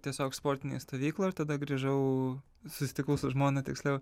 tiesiog sportinėj stovykloj ir tada grįžau susitikau su žmona tiksliau